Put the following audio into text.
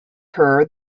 her